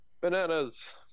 Bananas